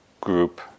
group